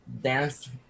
dance